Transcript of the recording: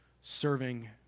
serving